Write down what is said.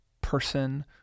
person